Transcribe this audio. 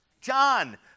John